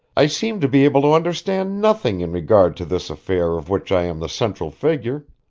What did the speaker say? i seem to be able to understand nothing in regard to this affair of which i am the central figure.